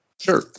Sure